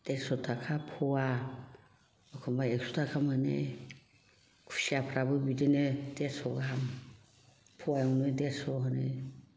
देरस' थाखा पवा एखमबा एकस' थाखा मोनो कुसियाफ्राबो बिदिनो देरस' गाहाम पवायावनो देरस' होनो